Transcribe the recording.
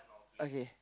okay